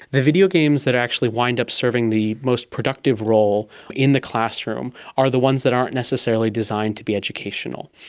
the videogames that actually wind up serving the most productive role in the classroom are the ones that aren't necessarily designed to be educational.